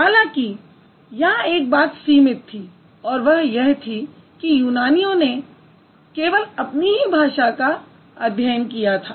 हालांकि यहाँ एक बात सीमित थी और वह यह थी कि यूनानियों ने केवल अपनी भाषा का ही अध्ययन किया था